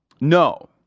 no